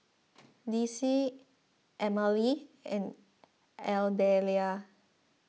Dicie Emmalee and Ardelia